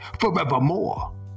forevermore